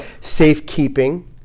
safekeeping